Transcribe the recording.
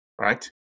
right